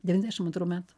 devyniasdešim antrų metų